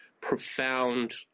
profound